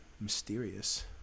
mysterious